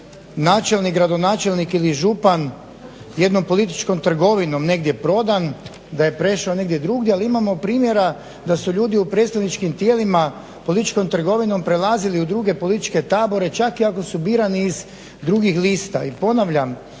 načelnik, gradonačelnik ili župan jednom političkom trgovinom negdje prodan, da je prešao negdje drugdje ali imamo primjera da su ljudi u predstavničkim tijelima političkom trgovinom prelazili u druge političke tabore čak i ako su birani iz drugih lista.